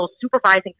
supervising